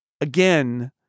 again